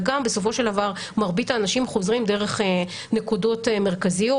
וגם בסופו של דבר מרבית האנשים חוזרים דרך נקודות מרכזיות,